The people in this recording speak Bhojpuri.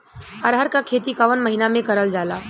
अरहर क खेती कवन महिना मे करल जाला?